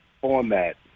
format